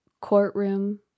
courtroom